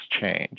change